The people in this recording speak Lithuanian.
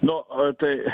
nu a tai